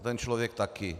A ten člověk taky.